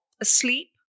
asleep